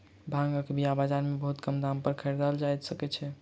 भांगक बीया बाजार में बहुत कम दाम पर खरीदल जा सकै छै